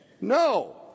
No